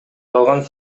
калган